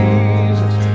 Jesus